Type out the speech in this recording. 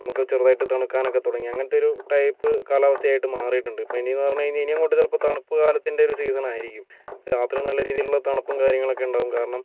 നമുക്ക് ചെറുതായിട്ട് തണുക്കാനൊക്കെ തുടങ്ങി അങ്ങനത്തെ ഒരു ടൈപ്പ് കാലാവസ്ഥയായിട്ട് മാറിയിട്ടുണ്ട് ഇപ്പോൾ ഇനിയെന്നു പറഞ്ഞു കഴിഞ്ഞാൽ ഇനി അങ്ങോട്ട് ചിലപ്പോൾ തണുപ്പ് കാലത്തിൻ്റെ ഒരു സീസൺ ആയിരിക്കും രാത്രി നല്ല രീതിയിലുള്ള തണുപ്പും കാര്യങ്ങളൊക്കെ ഉണ്ടാകും കാരണം